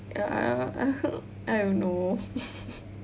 err I don't know